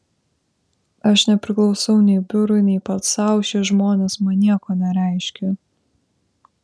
aš nepriklausau nei biurui nei pats sau šie žmonės man nieko nereiškia